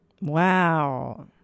Wow